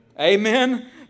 Amen